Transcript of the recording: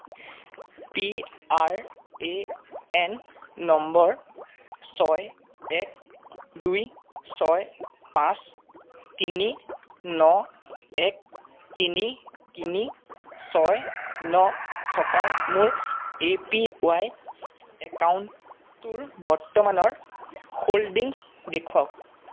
P R A N নম্বৰ ছয় এক দুই ছয় পাঁচ তিনি ন এক তিনি তিনি ছয় ন থকা মোৰ এ পি ৱাই একাউণ্টটোৰ বৰ্তমানৰ হোল্ডিংছ দেখুৱাওক